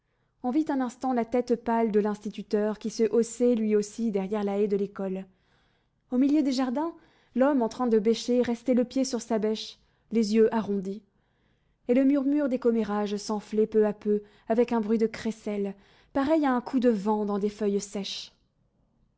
on vit un instant la tête pâle de l'instituteur qui se haussait lui aussi derrière la haie de l'école au milieu des jardins l'homme en train de bêcher restait le pied sur sa bêche les yeux arrondis et le murmure des commérages s'enflait peu à peu avec un bruit de crécelles pareil à un coup de vent dans des feuilles sèches